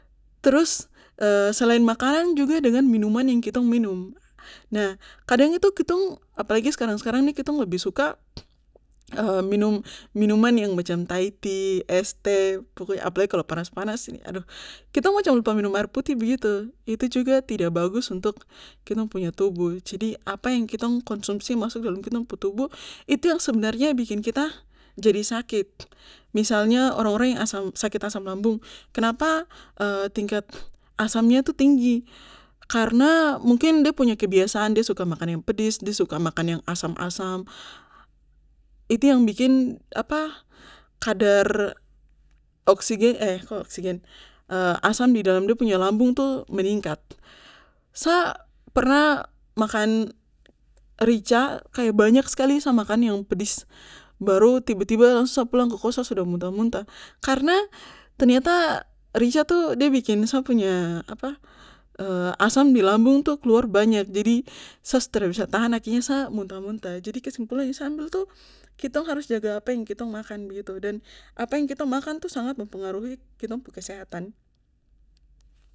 Trus selain makanan juga dengan minuman yang kitong minum nah kadang itu kitong apalagi sekarang sekarang nih kitong lebih suka minum minuman yang macam thaitea es teh apalagi kalo panas panas aduh kitong macam lupa minum air putih begitu itu juga tidak bagus untuk kitong punya tubuh jadi apa yang kitong konsumsi masuk dalam kitong pu tubuh itu yang sebenarnya bikin kita jadi sakit misalnya orang orang yang sakit asam sakit asam lambung kenapa tingkat asamnya tuh tinggi karna mungkin de punya kebiasaan kebiasaan de suka makan yang pedis de suka makan yang asam asam itu yang bikin apa kadar oksigen kok oksigen asam di dalam de punya lambung tuh meningkat sa pernah makan rica kaya banyak skali sa makan yang pedis baru tiba tiba langsung sa pulang ke kos sa sudah muntah muntah karna ternyata rica itu de bikin sa punya apa asam di lambung tuh keluar banyak jadi sa su tara bisa tahan akhirnya sa muntah muntah jadi kesimpulan yang sa ambil tuh kitong harus jaga apa yang kitong makan begitu. dan apa yang kitong makan itu yang mempengaruhi kitong pu kesehatan